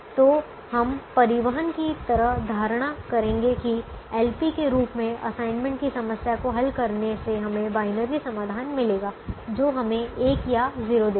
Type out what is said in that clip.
तो हम परिवहन की तरह धारणा करेंगे कि LP के रूप में असाइनमेंट की समस्या को हल करने से हमें बायनरी समाधान मिलेगा जो हमें 1 या 0 देगा